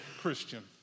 Christian